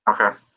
Okay